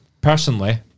personally